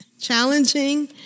challenging